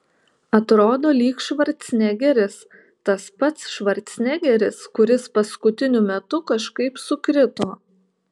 atrodo lyg švarcnegeris tas pats švarcnegeris kuris paskutiniu metu kažkaip sukrito